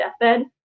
deathbed